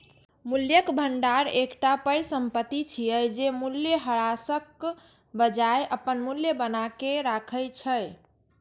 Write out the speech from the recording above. मूल्यक भंडार एकटा परिसंपत्ति छियै, जे मूल्यह्रासक बजाय अपन मूल्य बनाके राखै छै